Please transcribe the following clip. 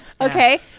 Okay